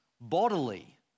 bodily